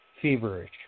feverish